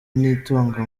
nitunga